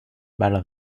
bal